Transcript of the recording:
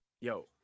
Yo